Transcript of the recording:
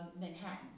Manhattan